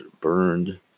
burned